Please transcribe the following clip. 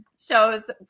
shows